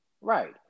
Right